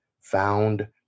found